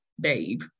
Babe